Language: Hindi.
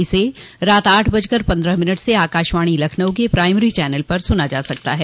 इसे रात आठ बजकर पन्द्रह मिनट से आकाशवाणी लखनऊ के प्राइमरी चैनल पर सुना जा सकता है